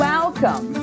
Welcome